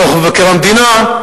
דוח מבקר המדינה.